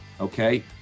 okay